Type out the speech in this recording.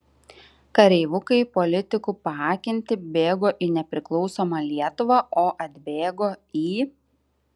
kareivukai politikų paakinti bėgo į nepriklausomą lietuvą o atbėgo į